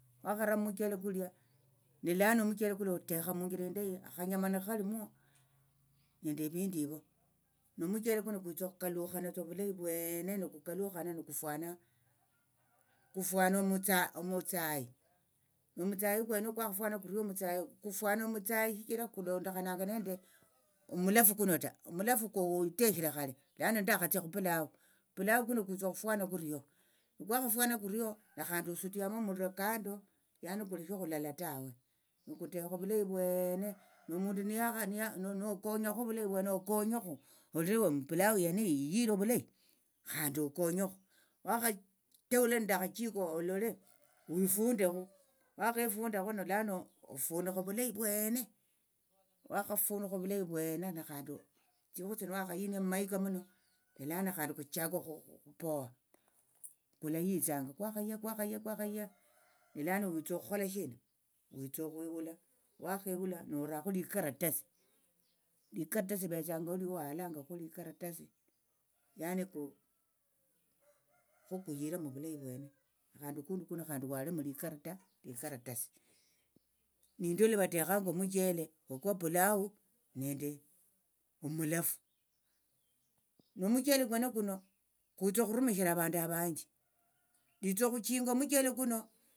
Wakha muchele kulia nilano omuchele kulia otekha munjira indayi akhanyama nikhalimwo nende evindu evo nomuchele kuno kwitsa okhukalukhanatsa ovulayi vwene nokukalukhana nukufuana kufuana omutsa omutsayi omutsayi kwenoko kwakhafwana kurio omutsayi kufwana omutsayi shichira okhulondokhananga nende omulafu kuno ta omulafu kwo oteshere khale lano ndakhatsia khupilau pilau kuno kwitsa okhufuana kurio nikwakhafuana kurio nekhandi osutiamo omuliro kando yani kuleshe okhulala tawe nikutekha ovulayi vwene nomundu niyakha niya nokonyakho ovulayi vwene okonyekho olole mbu pilau yeneyi yihire ovulayi khandi okonyekhu wakhatahula nende akhachiko olole wifundekhu wakhefundakho nelano ofunikha ovulayi vwene wakhafunikha ovulayi vwene nekhandi tsikhwi wakhahinia mumahika muno ne lano khandi khuchaka okhu okhupo kulayitsanga kwakhaya kwakhaya kwakhaya ni lano witsa okhukhola shina witsa okhwihula wakhehula norakho likaratasi likatasi livetsangaho luwalangakhu likaratasi lano ko khokuyiremo ovulayi vwene khandi okundi kuno khandi walemo likatasi nindio luvatekhanga omuchele okwa pilau nende omulafu nomuchele kwene kuno kwitsa okhurumishira avandu avanji nditsa okhuchinga omuchele kuno.